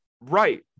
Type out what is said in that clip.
Right